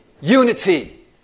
unity